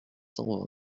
cent